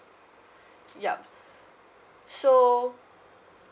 yup so